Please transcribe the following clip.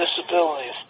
disabilities